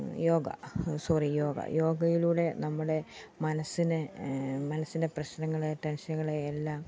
yoga sorry യോഗ യോഗയിലൂടെ നമ്മുടെ മനസ്സിനെ മനസ്സിൻ്റെ പ്രശ്നങ്ങളെ ടെൻഷനുകളെ എല്ലാം